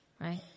right